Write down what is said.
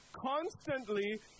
Constantly